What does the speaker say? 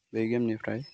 बे गेमनिफ्राय